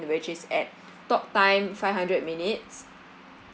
which is at talk time five hundred minutes